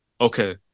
okay